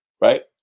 right